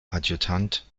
adjutant